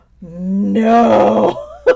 no